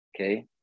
Okay